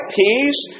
peace